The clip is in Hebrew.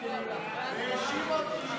המשפטים האשים אותי,